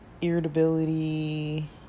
irritability